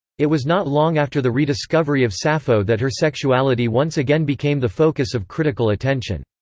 it was not long after the rediscovery of sappho that her sexuality once again became the focus of critical attention.